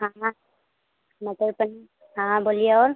हाँ मटर पनीर हाँ बोलिए और